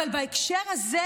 אבל בהקשר הזה,